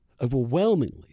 overwhelmingly